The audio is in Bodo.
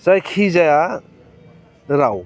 जायखि जाया राव